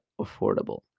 affordable